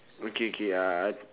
okay okay uh